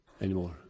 anymore